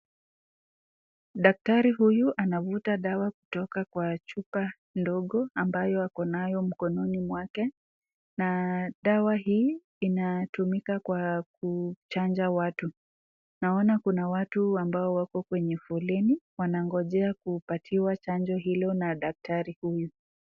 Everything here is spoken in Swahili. Daktari huyu anavuta dawa kutoka kwa chupa ndogo ambayo ako nayo mkononi mwake, na dawa hii inatumika kwa kuchanja watu. Naona kuna watu ambao wako kwenye foleni wanagojea kupatiwa chanjo hilo na daktari huyu.